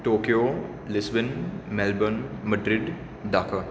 Tokyo lesbian Melbourne Madrid Dhaka